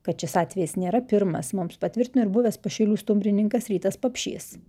kad šis atvejis nėra pirmas mums patvirtino ir buvęs pašilių stumbrininkas rytas papšys